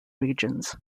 regions